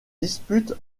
dispute